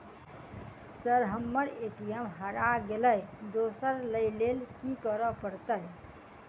Sir हम्मर ATM हरा गइलए दोसर लईलैल की करऽ परतै?